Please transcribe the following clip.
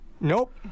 nope